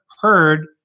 heard